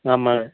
ஆமாம்